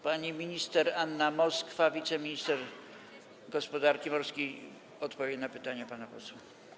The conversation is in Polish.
Pani minister Anna Moskwa, wiceminister gospodarki morskiej, odpowie na pytanie pana posła.